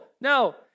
No